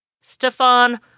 Stefan